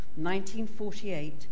1948